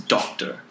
Doctor